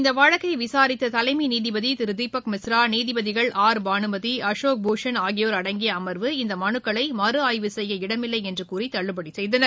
இந்த வழக்கை விசாரித்த தலைமை நீதிபதி தீபக் மிஸ்ரா நீதிபதிகள் ஆர் பானுமதி அசோக் பூஷன் ஆகியோர் அடங்கிய அமர்வு இந்த மனுக்களை மறுஆய்வு செய்ய இடமில்லை என்று கூறி தள்ளுபடி செய்தனர்